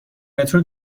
مترو